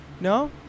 No